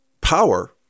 power